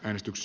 äänestys